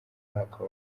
mwaka